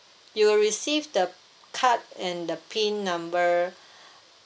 you will receive the card and the pin number